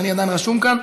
שאני עדיין רשום כאן,